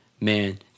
man